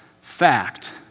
fact